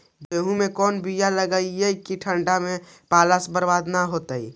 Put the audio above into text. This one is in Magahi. गेहूं के कोन बियाह लगइयै कि ठंडा में पाला से बरबाद न होतै?